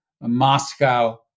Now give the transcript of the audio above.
Moscow